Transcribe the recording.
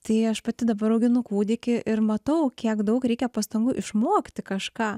tai aš pati dabar auginu kūdikį ir matau kiek daug reikia pastangų išmokti kažką